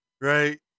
Right